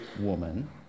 woman